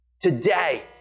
Today